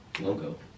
logo